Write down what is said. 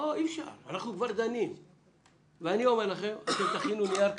אני אומר לכם שתכינו נייר כזה.